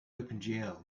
opengl